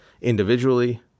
individually